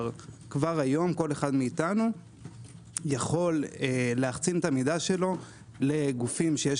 כבר היום כל אחד מאתנו יכול להחצין את המידע שלו לגופים שיש